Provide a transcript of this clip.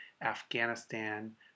Afghanistan